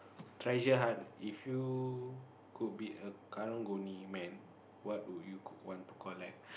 treasure hunt if you could be a karang-guni man what would you want to collect